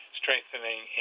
strengthening